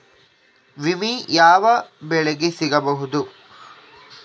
ವಿಮೆ ಯಾವ ಬೆಳೆಗೆ ಸಿಗಬಹುದು?